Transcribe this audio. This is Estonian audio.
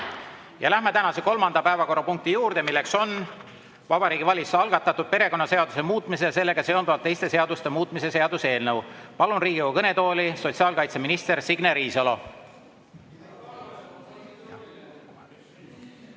Läheme tänase kolmanda päevakorrapunkti juurde, milleks on Vabariigi Valitsuse algatatud perekonnaseaduse muutmise ja sellega seonduvalt teiste seaduste muutmise seaduse eelnõu. Palun Riigikogu kõnetooli sotsiaalkaitseminister Signe Riisalo.